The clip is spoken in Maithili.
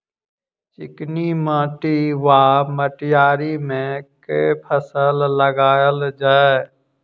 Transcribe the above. चिकनी माटि वा मटीयारी मे केँ फसल लगाएल जाए?